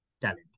talent